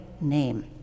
name